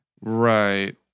Right